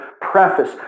preface